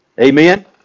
Amen